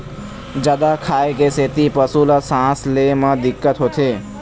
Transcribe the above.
जादा खाए के सेती पशु ल सांस ले म दिक्कत होथे